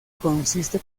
consiste